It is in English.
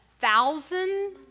thousand